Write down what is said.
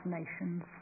nations